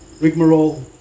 rigmarole